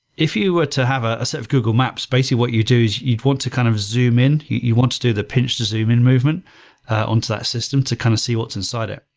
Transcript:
if you were to have a set of google maps, basically what you do is you want to kind of zoom in. you you want to do the pinch to zoom in movement on to that system to kind of see what's inside it.